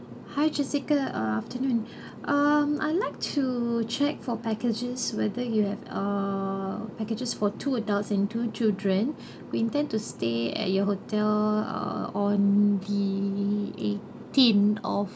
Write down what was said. hi jessica uh afternoon um I'd like to check for packages whether you have err packages for two adults and two children we intend to stay at your hotel uh on the eighteenth of